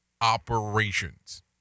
operations